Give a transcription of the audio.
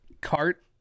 cart